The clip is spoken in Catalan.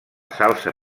salsa